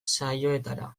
saioetara